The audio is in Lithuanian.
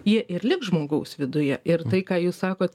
jie ir liks žmogaus viduje ir tai ką jūs sakot